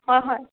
ꯍꯣ ꯍꯣꯏ